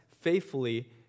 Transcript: faithfully